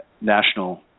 national